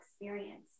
experience